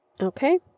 Okay